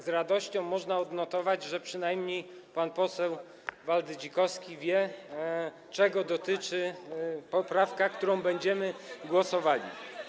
Z radością można odnotować, że przynajmniej pan poseł Waldy Dzikowski wie, czego dotyczy poprawka, nad którą będziemy głosowali.